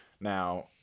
Now